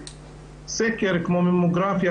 לבדיקות סקר כמו ממוגרפיה,